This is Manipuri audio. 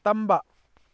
ꯇꯝꯕ